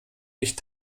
nicht